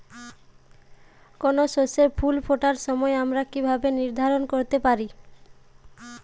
কোনো শস্যের ফুল ফোটার সময় আমরা কীভাবে নির্ধারন করতে পারি?